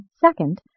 second